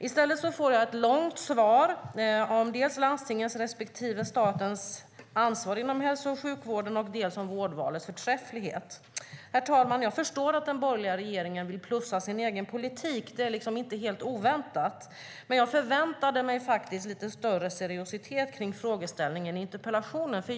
I stället får jag ett långt svar dels om landstingens respektive statens ansvar inom hälso och sjukvården, dels om vårdvalets förträfflighet. Herr talman! Jag förstår att den borgerliga regeringen vill plussa sin egen politik. Det är inte helt oväntat. Men jag förväntade mig lite större seriositet kring frågeställningen i interpellationen.